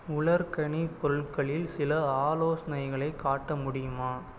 உலர்கனி பொருள்களில் சில ஆலோசனைகளை காட்ட முடியுமா